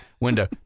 window